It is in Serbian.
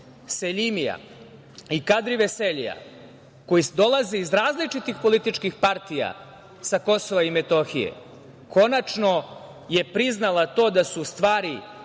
Seljimija i Kadri Veseljija, koji dolaze iz različitih političkih partija sa KiM, konačno je priznala to da su u stvari,